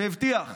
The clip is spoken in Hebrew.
והבטיח,